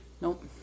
Nope